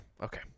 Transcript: okay